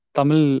Tamil